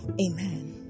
Amen